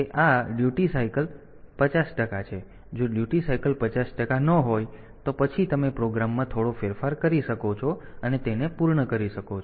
તેથી જો duty cycle 50 ટકા ન હોય તો પછી તમે પ્રોગ્રામમાં થોડો ફેરફાર કરી શકો છો અને તેને પૂર્ણ કરી શકો છો